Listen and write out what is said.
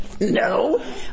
No